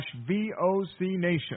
vocnation